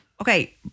Okay